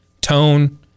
tone